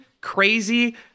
crazy